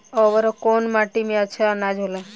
अवर कौन माटी मे अच्छा आनाज होला?